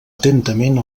atentament